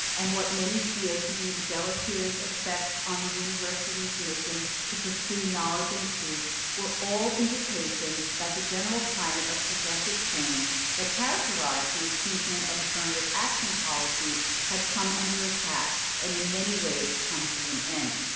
and what many fear to be the deleterious effects on the university's mission to pursue knowledge and truth were all indications that the general climate of progressive change that characterized the achievement of affirmative action policies had come under attack. and in many ways, come to an end.